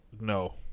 No